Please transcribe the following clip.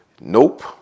nope